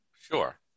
Sure